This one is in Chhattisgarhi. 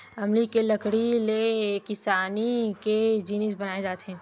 अमली के लकड़ी ले किसानी के जिनिस बनाए जाथे